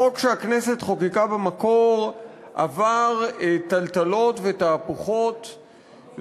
החוק שהכנסת חוקקה במקור עבר טלטלות ותהפוכות,